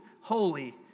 holy